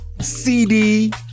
CD